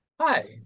Hi